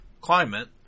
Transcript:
climate